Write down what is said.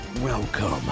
Welcome